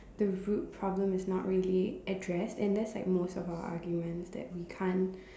the root problem is not really addressed and that's like most of our arguments that we can't